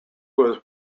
was